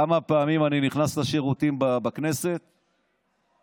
כמה פעמים אני נכנס לשירותים בכנסת וכו'.